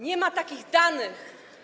Nie ma takich danych.